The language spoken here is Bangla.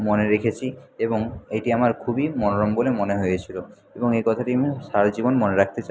মনে রেখেছি এবং এটি আমার খুবই মনোরম বলে মনে হয়েছিলো এবং এই কথাটি আমি সারা জীবন মনে রাখতে চাই